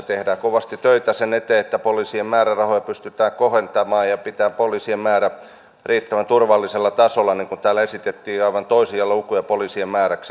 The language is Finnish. tehdään kovasti töitä sen eteen että poliisien määrärahoja pystytään kohentamaan ja pitämään poliisien määrä riittävän turvallisella tasolla kun täällä esitettiin aivan toisia lukuja hallituksen esitykseksi poliisien määräksi